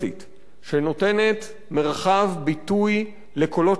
שנותנת מרחב ביטוי לקולות שונים בחברה,